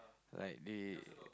like they